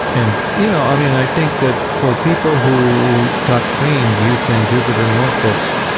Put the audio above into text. and you know i mean, i think that for people who got trained using jupyter notebooks,